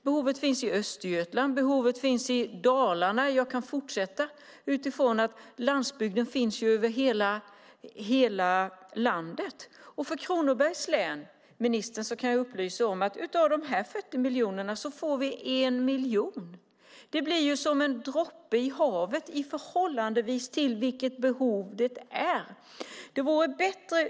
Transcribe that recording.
Behovet finns i Östergötland, behovet finns i Dalarna - jag kan fortsätta - utifrån att landsbygden finns över hela landet. Och Kronobergs län, kan jag upplysa ministern om, får 1 miljon av de 40 miljonerna. Det blir ju som en droppe i havet i förhållande till behovet.